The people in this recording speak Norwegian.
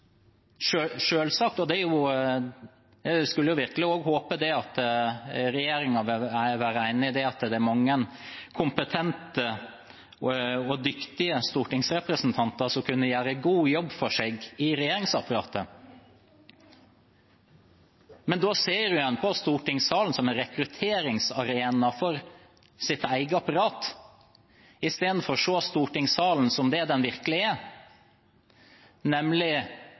vil være enig i det – at det er mange kompetente og dyktige stortingsrepresentanter som kunne gjøre en god jobb i regjeringsapparatet. Men da ser en på stortingssalen som en rekrutteringsarena for sitt eget apparat, i stedet for å se stortingssalen som det den virkelig er, nemlig